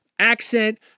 Accent